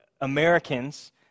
Americans